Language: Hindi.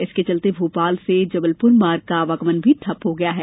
इसके चलते भोपाल से जबलपुर मार्ग का आवागमन भी ठप्प हो गया है